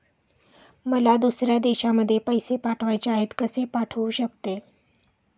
मला दुसऱ्या देशामध्ये पैसे पाठवायचे आहेत कसे पाठवू शकते?